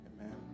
Amen